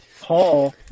Paul